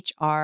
HR